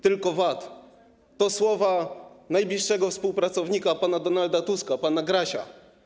Tylko VAT - to słowa najbliższego współpracownika pana Donalda Tuska, pana Grasia.